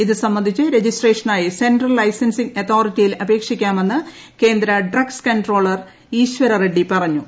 ഇത് സംബന്ധിച്ച് ര്ജിസ്ട്രേഷനായി സെൻട്രൽ ലൈൻസിങ് അതോറിറ്റിയിൽ ആപ്പേക്ഷിക്കാമെന്ന് കേന്ദ്ര ഡ്രഗ്സ് കൺട്രോളർ ഈശ്വര ഉപ്പ്സി പറഞ്ഞു